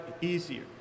easier